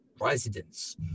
residents